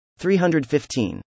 315